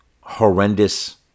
horrendous